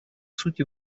сути